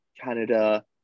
Canada